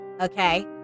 Okay